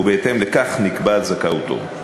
ובהתאם לכך נקבעת זכאותו.